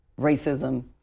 racism